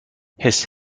his